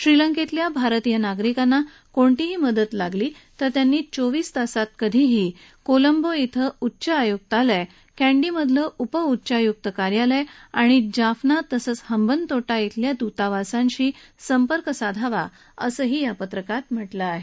श्रीलंकेतल्या भारतीय नागरिकांना कोणतीही मदत लागली तर त्यांनी चोवीस तासांत कधीही कोलंबो इथलं उच्च आयुक्तालय कॅडीमधलं उप उच्चायुक्त कार्यालय आणि जाफना तसंच हंबंनटोटा इथल्या इतावासांशी संपर्क साधावा असंही या पत्रकात म्हटलं आहे